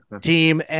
team